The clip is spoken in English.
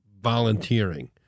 volunteering